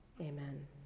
Amen